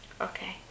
Okay